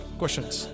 questions